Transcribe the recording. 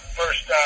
first –